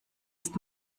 ist